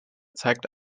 zeigt